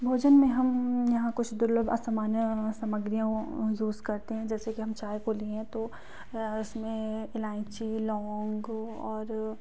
भोजन में हम यहाँ कुछ दुर्लभ असामान्य समग्रियों यूज़ करते हैं जैसे कि हम चाय को लिए हैं तो उसमें इलायची लौंग और